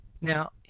Now